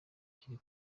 kiri